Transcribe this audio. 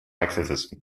activism